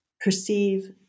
perceive